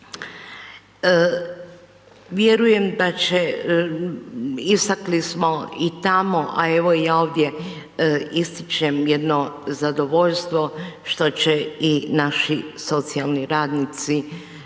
Vjerujem da će, istakli smo i tamo a evo i ovdje ističem jedno zadovoljstvo što će i naši socijalni radnici